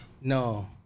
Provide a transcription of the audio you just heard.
No